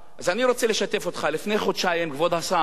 אז אני רוצה לשתף אותך, כבוד השר.